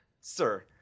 Sir